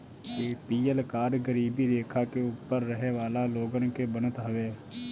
APL card गरीबी रेखा के ऊपर रहे वाला लोग के बनत हवे